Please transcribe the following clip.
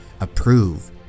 approve